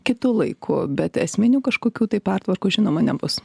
kitu laiku bet esminių kažkokių tai pertvarkų žinoma nebus